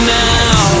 now